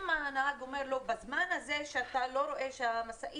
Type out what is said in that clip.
הנהג אומר לו: בזמן הזה אתה לא רואה שהמשאית